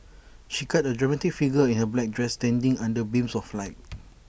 she cut A dramatic figure in her black dress standing under beams of light